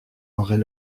aurait